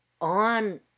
on